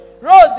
Rose